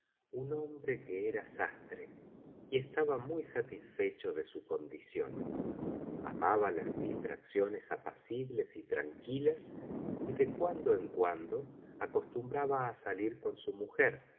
irá hombre que era sastre y estaba muy satisfecho de su condición amaba las distracciones apacibles y tranquilos y de cuando en cuando acostumbraba á salir con su mujer